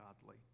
godly